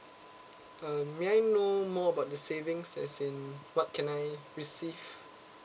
um may I know more about the savings as in what can I receive